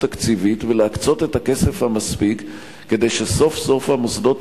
תקציבית ולהקצות את הכסף המספיק כדי שסוף-סוף המוסדות